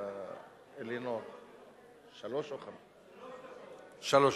שלוש דקות.